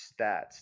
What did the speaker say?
stats